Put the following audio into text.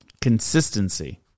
consistency